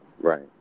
right